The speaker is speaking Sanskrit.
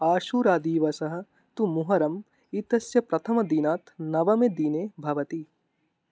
आशुरदिवसः तु मुहर्रम् इत्यस्य प्रथमदिनात् नवमे दिने भवति